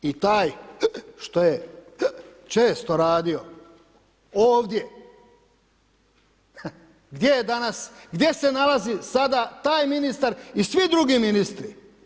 I taj što je često radio ovdje, gdje je danas, gdje se nalazi sada taj ministar i svi drugi ministri?